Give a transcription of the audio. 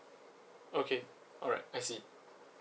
okay alright I see